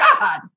God